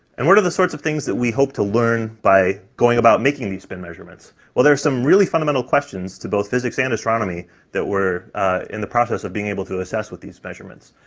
and what are the sorts of things that we hope to learn by going about making these spin measurements? well, there are some really fundamental questions to both physics and astronomy that we're in the process of being able to assess with these measurements.